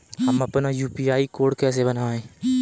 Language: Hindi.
हम अपना यू.पी.आई कोड कैसे बनाएँ?